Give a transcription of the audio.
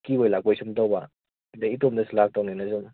ꯀꯤꯕꯣꯏ ꯂꯥꯛꯄꯣꯏ ꯁꯨꯝ ꯇꯧꯕ ꯑꯗꯒꯤ ꯏꯇꯣꯝꯗꯁꯨ ꯂꯥꯛꯇꯧꯅꯤꯅ ꯁꯨꯝ